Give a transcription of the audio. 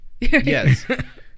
yes